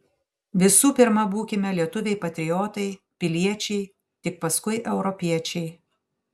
visų pirma būkime lietuviai patriotai piliečiai tik paskui europiečiai